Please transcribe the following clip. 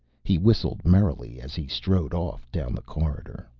he whistled merrily as he strode off down the corridor.